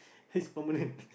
he's permanent